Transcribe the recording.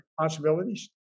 responsibilities